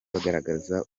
bagaragaza